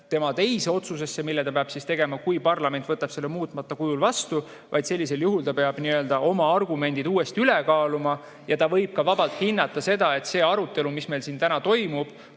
tema teise otsusesse, mille ta peab tegema, kui parlament võtab selle seaduse muutmata kujul vastu, vaid sellisel juhul ta peab oma argumendid uuesti üle kaaluma. Ta võib ka vabalt hinnata seda nii, et see arutelu, mis meil siin täna toimub,